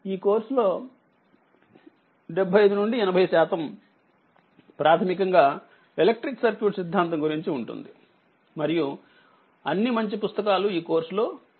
ఈ కోర్స్ లో 75నుండి80శాతంప్రాథమికంగా ఎలక్ట్రిక్ సర్క్యూట్ సిద్దాంతం గురించి ఉంటుంది మరియు అన్ని మంచి పుస్తకాలు ఈ కోర్స్ లో ఇవ్వబడ్డాయి